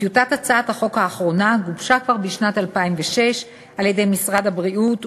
טיוטת הצעת החוק האחרונה גובשה כבר בשנת 2006 על-ידי משרד הבריאות,